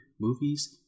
movies